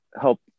help